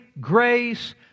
grace